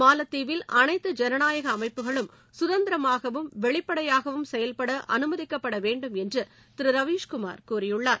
மாலத்தீவில் அனைத்து ஜனநாயக அமைப்புகளும் கதந்திரமாகவும் வெளிப்படையாகவும் செயல்பட அனுமதிக்கப்பட வேண்டும் என்று திரு ரவீஷ்குமார் கூறியுள்ளார்